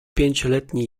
pięcioletni